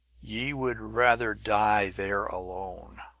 ye would rather die there, alone!